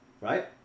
right